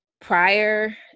prior